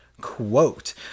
quote